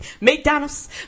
McDonald's